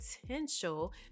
potential